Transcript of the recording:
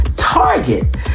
Target